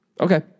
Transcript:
Okay